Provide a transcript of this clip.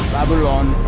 Babylon